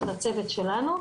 של הצוות שלנו,